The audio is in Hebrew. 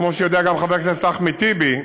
כמו שיודע גם חבר הכנסת אחמד טיבי,